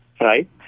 right